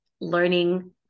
learning